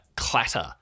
clatter